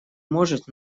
может